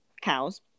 cows